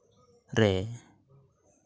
ᱨᱮ